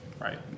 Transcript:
Right